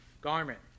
garment